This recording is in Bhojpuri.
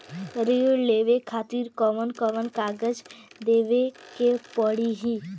ऋण लेवे के खातिर कौन कोन कागज देवे के पढ़ही?